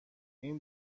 این